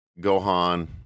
gohan